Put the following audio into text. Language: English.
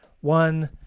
one